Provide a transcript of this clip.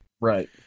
Right